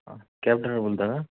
cab driver बोलता ना